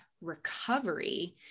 recovery